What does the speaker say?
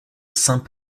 saint